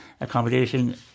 Accommodation